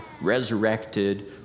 resurrected